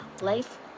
life